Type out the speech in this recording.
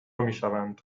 میشوند